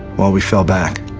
while we fell back.